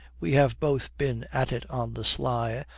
we have both been at it on the sly.